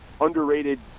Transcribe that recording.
underrated